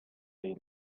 they